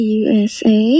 usa